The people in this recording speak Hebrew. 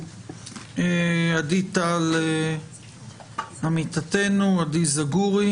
עדי טל עמיתתנו, עדי זגורי